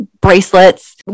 bracelets